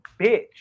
bitch